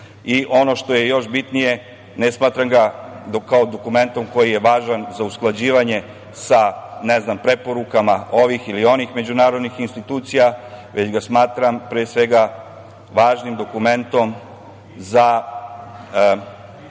I ono što je još bitnije – ne smatram ga dokumentom koji je važan za usklađivanje sa preporukama ovih ili onih međunarodnih institucija, već ga smatram pre svega važnim dokumentom za